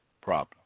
problem